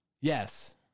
Yes